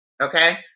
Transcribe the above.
Okay